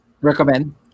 Recommend